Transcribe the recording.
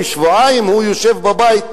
ושבועיים הוא יושב בבית,